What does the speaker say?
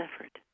effort